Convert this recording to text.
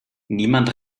niemand